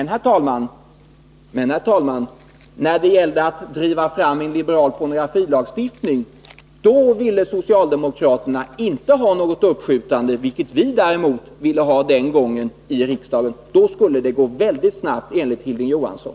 När det, herr talman, gällde att driva fram en liberal pornografilagstiftning ville socialdemokraterna dock inte ha något uppskjutande, vilket vi däremot ville ha den gången i riksdagen. Den gången skulle det gå väldigt snabbt, enligt Hilding Johansson.